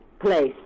place